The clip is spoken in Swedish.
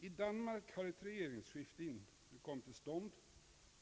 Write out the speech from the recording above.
I Danmark har ett regeringsskifte kommit till stånd.